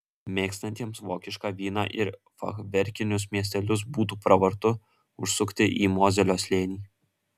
mėgstantiems vokišką vyną ir fachverkinius miestelius būtų pravartu užsukti į mozelio slėnį